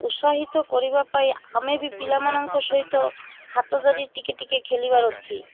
ଉତ୍ସାହିତ କରିବା ପାଇଁ ଆମେ ବି ପିଲାମାନଙ୍କ ସହିତ ହାତ ଧରି ଟିକେ ଟିକେ ଖେଲିବାର ଅଛି